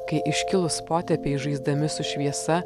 kai iškilūs potėpiai žaisdami su šviesa